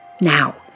Now